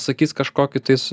sakys kažkokį tais